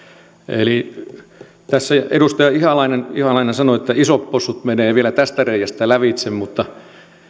tässä edustaja ihalainen ihalainen sanoi että isot possut menevät vielä tästä reiästä lävitse mutta